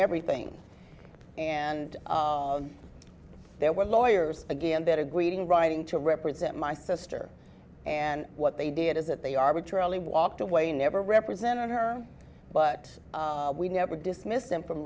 everything and there were lawyers again better greeting writing to represent my sister and what they did is that they arbitrarily walked away never representing her but we never dismissed them from